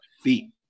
feet